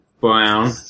brown